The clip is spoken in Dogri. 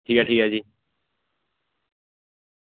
ठीक ऐ ठीक ऐ जी